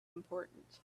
important